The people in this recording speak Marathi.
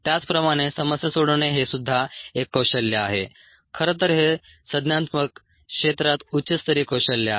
त्याचप्रमाणे समस्या सोडवणे हे सुद्धा एक कौशल्य आहे खरं तर हे संज्ञानात्मक क्षेत्रात उच्च स्तरीय कौशल्य आहे